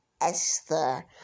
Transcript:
Esther